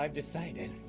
um decided,